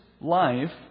life